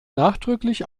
nachdrücklich